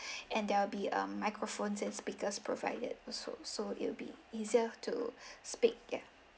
and there'll be um microphones and speakers provided also so it will be easier to speak yeah